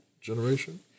generation